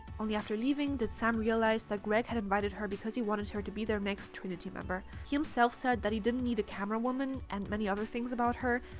only after leaving did sam realize that greg had invited her because he wanted her to be their next trinity member. he himself said that he didn't need a camerawoman and many other things about her,